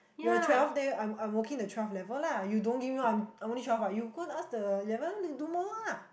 you're twelve then I'm I'm working the twelve level lah you don't give me more I'm only twelve ah you go and ask the eleven to do more lah